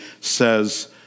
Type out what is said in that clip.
says